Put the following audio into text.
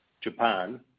Japan